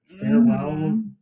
farewell